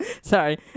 Sorry